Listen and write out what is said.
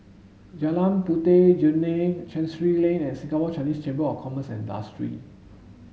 Jalan Puteh Jerneh Chancery Lane and Singapore Chinese Chamber of Commerce and Industry